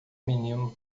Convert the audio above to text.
menino